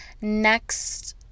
next